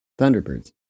Thunderbirds